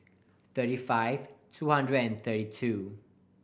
thirty five two hundred and thirty two